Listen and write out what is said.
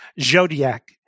Zodiac